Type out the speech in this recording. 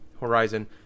Horizon